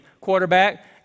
quarterback